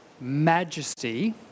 majesty